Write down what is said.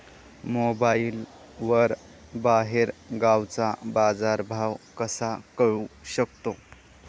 मोबाईलवर बाहेरगावचा बाजारभाव कसा कळू शकतो?